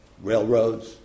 Railroads